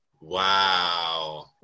Wow